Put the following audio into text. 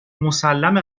مسلمه